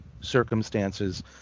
circumstances